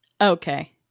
Okay